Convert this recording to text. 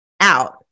out